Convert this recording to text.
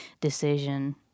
decision